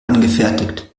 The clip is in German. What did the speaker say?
angefertigt